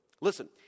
Listen